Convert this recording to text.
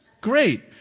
great